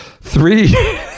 three